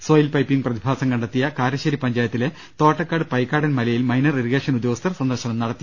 soil piping പ്രതിഭാസം കണ്ടെത്തിയ കാരശ്ശേരി പഞ്ചായ ത്തിലെ തോട്ടക്കാട് പൈകാടൻ മലയിൽ മൈനർ ഇറിഗേഷൻ ഉദ്യോഗസ്ഥർ സന്ദർശനം നടത്തി